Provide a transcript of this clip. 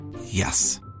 Yes